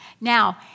Now